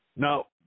Now